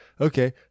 Okay